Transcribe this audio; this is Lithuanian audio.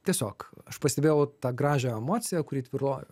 tiesiog aš pastebėjau tą gražią emociją kuri tvyrojo